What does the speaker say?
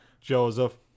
Joseph